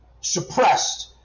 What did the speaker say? suppressed